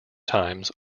times